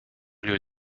lieu